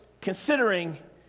considering